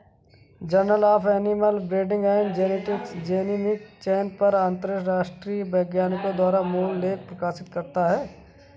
journal of animal breeding and genetics genomic चयन पर अंतरराष्ट्रीय वैज्ञानिकों द्वारा मूल लेख प्रकाशित करता है